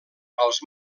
als